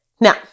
Now